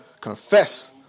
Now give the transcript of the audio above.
confess